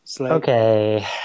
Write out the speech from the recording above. okay